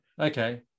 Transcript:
Okay